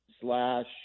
slash